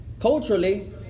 Culturally